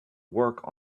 work